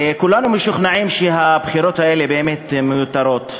כולנו משוכנעים שהבחירות האלה מיותרות.